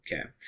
Okay